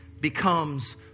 becomes